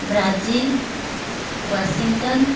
Brazil Washington